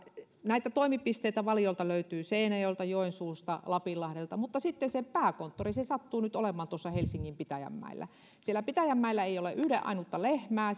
näitä toimipisteitä valiolta löytyy seinäjoelta joensuusta lapinlahdelta mutta sitten sen pääkonttori se sattuu nyt olemaan tuossa helsingin pitäjänmäellä siellä pitäjänmäellä ei ole yhden ainutta lehmää